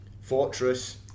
Fortress